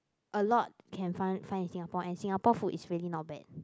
a lot can find find in Singapore and Singapore food is really not bad